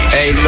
Hey